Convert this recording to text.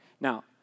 Now